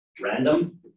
Random